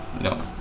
no